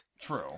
True